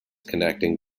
connecting